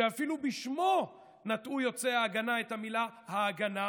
אפילו בשמו נטעו יוצאי ההגנה את המילה "ההגנה".